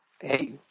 Hey